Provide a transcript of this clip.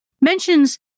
mentions